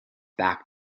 back